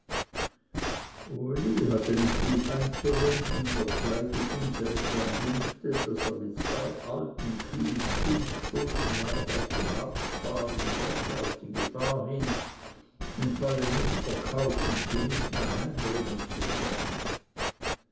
uli hatte nicht viel einzuwenden obgleich es ihn seltsam dünkte daß er mit zwei alten kühen fünf stunden weit auf den markt fahren sollte auf die gefahr hin im fall nichtverkaufens sie nicht mehr heimbringen zu können